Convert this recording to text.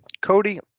Cody